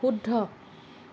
শুদ্ধ